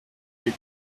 trip